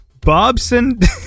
Bobson